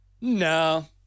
no